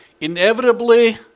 inevitably